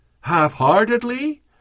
Half-heartedly